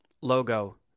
logo